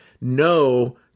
no